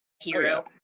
hero